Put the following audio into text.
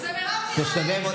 זו מרב מיכאלי.